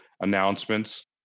announcements